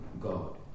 God